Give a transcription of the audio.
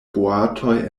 boatoj